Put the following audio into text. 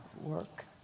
work